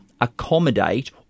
accommodate